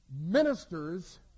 ministers